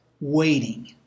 waiting